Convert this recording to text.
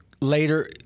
later